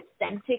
authentic